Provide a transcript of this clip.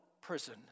prison